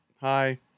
Hi